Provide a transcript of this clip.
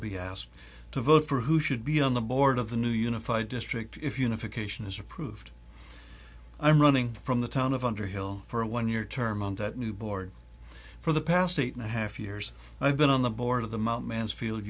be asked to vote for who should be on the board of the new unified district if unification is approved i'm running from the town of underhill for a one year term on that new board for the past eight and a half years i've been on the board of the mount mansfield